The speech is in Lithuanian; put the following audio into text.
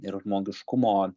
ir žmogiškumo